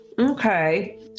Okay